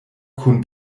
kun